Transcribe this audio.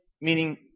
meaning